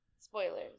Spoilers